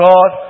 God